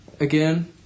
again